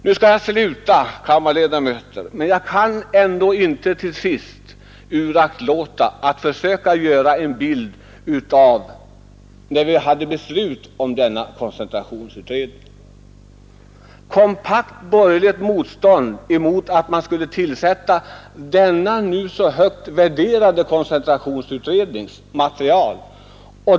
Nu skall jag sluta, kammarledamöter, men jag kan ändå inte uraktlåta att försöka ge en bild av vad som hände när vi fattade beslut om denna koncentrationsutredning. Det var ett kompakt borgerligt motstånd mot att man skulle tillsätta den nu så högt värderade koncentrationsutredningen.